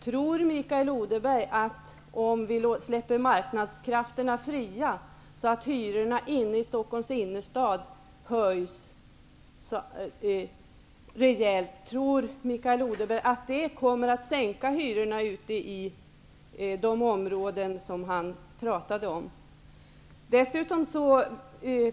Tror Mikael Odenberg att hyrorna kommer att sänkas i de områden som han tog upp om vi släpper marknadskrafterna fria så att hy rorna i Stockholms innerstad höjs rejält?